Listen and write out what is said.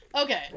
okay